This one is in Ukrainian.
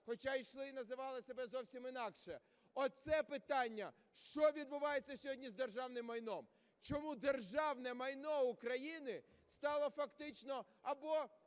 хоча йшли і називали себе зовсім інакше… Оце питання. Що відбувається сьогодні з державним майном? Чому державне майно України стало фактично або